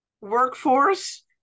workforce